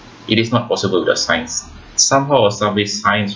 it is not possible without science somehow was some way science